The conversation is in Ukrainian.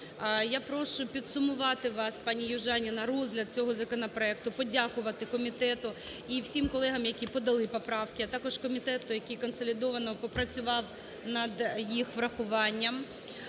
Я прошу підсумувати вас, пані Южаніна, розгляд цього законопроекту, подякувати комітету і всім колегам, які подали поправки, а також комітету, який консолідовано попрацював над їх врахуванням,